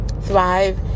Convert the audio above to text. thrive